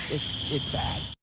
it's bad.